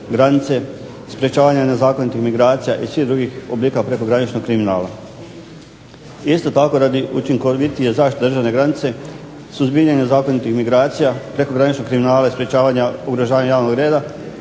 granice, sprečavanja nezakonitih migracija i svih drugih oblika prekograničnog kriminala. Isto tako radi učinkovitije zaštite državne granice, suzbijanja nezakonitih migracija, prekograničnog kriminala i sprečavanja ugrožavanja javnog reda